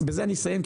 בזה אני אסיים,